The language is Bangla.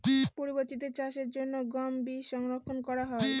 পরবর্তিতে চাষের জন্য গম বীজ সংরক্ষন করা হয়?